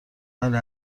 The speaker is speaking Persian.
بله